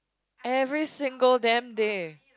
every single damn day